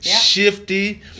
shifty